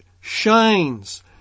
shines